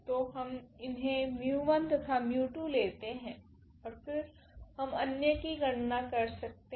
तो हम इन्हे 𝜇1 तथा 𝜇2 लेते है ओर फिर हम अन्य की गणना कर सकते है